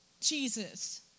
Jesus